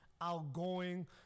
outgoing